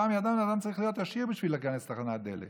פעם ידענו שאדם צריך להיות עשיר בשביל להיכנס לתחנת דלק.